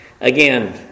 Again